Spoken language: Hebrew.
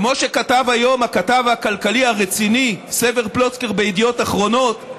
כמו שכתב היום הכתב הכלכלי הרציני סבר פלוצקר בידיעות אחרונות: